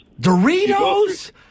Doritos